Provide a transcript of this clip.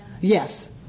yes